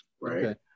Right